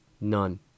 None